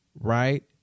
right